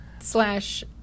slash